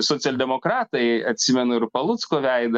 socialdemokratai atsimenu ir palucko veidą